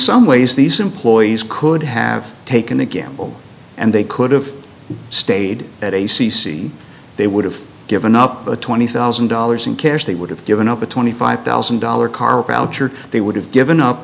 some ways these employees could have taken the gamble and they could have stayed at a c c they would have given up the twenty thousand dollars in cash that would have given up a twenty five thousand dollars car out or they would have given up